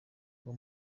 uwo